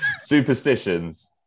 superstitions